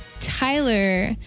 Tyler